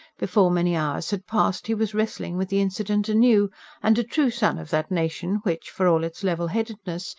before many hours had passed he was wrestling with the incident anew and a true son of that nation which, for all its level-headedness,